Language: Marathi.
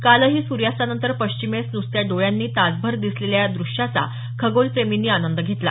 कालही सूर्यास्तानंतर पश्चिमेस नुसत्या डोळ्यांनी तासभर दिसलेल्या या द्रश्याचा खगोलप्रेमींनी आनंद घेतला